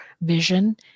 vision